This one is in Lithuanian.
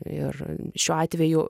ir šiuo atveju